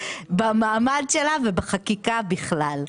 במעמד שלה ובחקיקה בכלל.